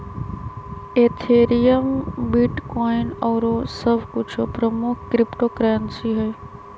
Ethereum, bitcoin आउरो सभ कुछो प्रमुख क्रिप्टो करेंसी हइ